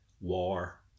war